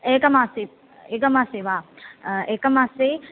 एकमासे एकमासे वा एकमासे